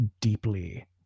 deeply